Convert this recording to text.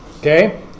Okay